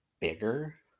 bigger